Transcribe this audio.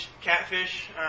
catfish